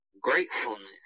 gratefulness